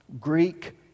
Greek